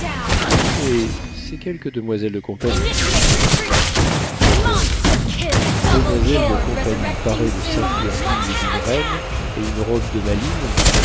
eh c'est quelque demoiselle de compagnie lui dit montcornet bon une demoiselle de compagnie parée de saphirs dignes d'une reine et une robe de malines